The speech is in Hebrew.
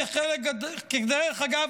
דרך אגב,